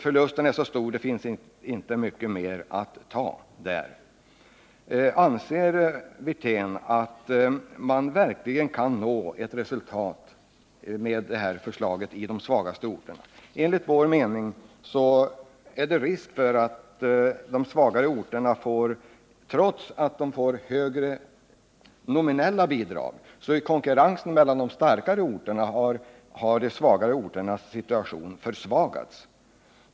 Förlusten är så stor att det inte finns mycket mer att ta där. Anser Rolf Wirtén att man verkligen kan uppnå ett resultat med det här förslaget i de svagaste orterna? Enligt vår mening har de svagare orterna — trots att de får högre nominella bidrag — i konkurrensen med de starkare orterna fått sin situation försvagad.